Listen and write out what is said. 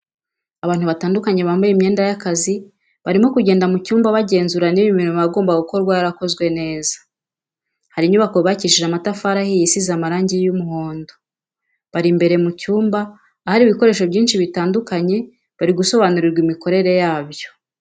Abantu batandukanye bambaye imyenda y'akazi barimo kugenda mu nyubako bagenzura niba imirimo yagombaga gukorwa yarakozwe neza, hari inyubako yubakishije amatafari ahiye isize amarangi y'umuhondo, bari imbere mu cyumba ahari ibikoresho byinshi bitandukanye bari gusobanurirwa imikorere yabyo.